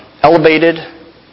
elevated